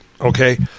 okay